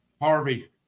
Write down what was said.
Harvey